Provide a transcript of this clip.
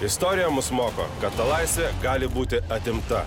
istorija mus moko kad ta laisvė gali būti atimta